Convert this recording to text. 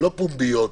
הלא-פומביות,